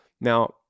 Now